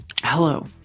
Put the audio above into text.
Hello